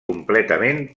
completament